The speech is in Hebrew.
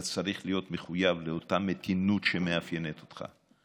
אתה צריך להיות מחויב לאותה מתינות שמאפיינת אותך,